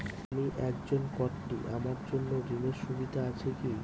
আমি একজন কট্টি আমার জন্য ঋণের সুবিধা আছে কি?